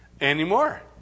anymore